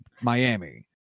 miami